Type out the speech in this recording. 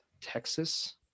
Texas